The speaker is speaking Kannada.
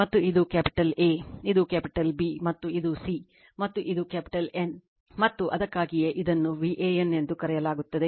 ಮತ್ತು ಇದು ಕ್ಯಾಪಿಟಲ್ A ಇದು ಕ್ಯಾಪಿಟಲ್ B ಮತ್ತು ಇದು C ಮತ್ತು ಇದು ಕ್ಯಾಪಿಟಲ್ N ಮತ್ತು ಅದಕ್ಕಾಗಿಯೇ ಇದನ್ನು VAN ಎಂದು ಕರೆಯಲಾಗುತ್ತದೆ